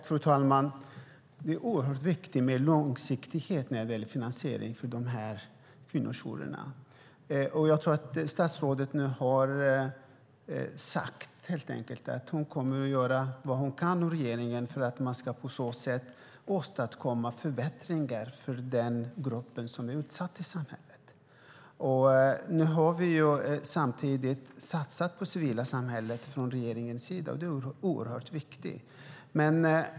Fru talman! Det är oerhört viktigt med långsiktighet när det gäller finansiering av kvinnojourerna. Jag tror att statsrådet nu helt enkelt har sagt att hon kommer att göra vad hon och regeringen kan för att man på så sätt ska åstadkomma förbättringar för den grupp i samhället som är utsatt. Samtidigt har regeringen satsat på det civila samhället. Det är oerhört viktigt.